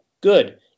Good